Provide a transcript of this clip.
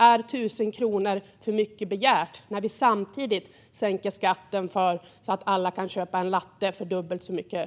Är 1 000 kronor för mycket begärt när vi samtidigt sänker skatten med dubbelt så mycket pengar så att alla kan köpa en latte?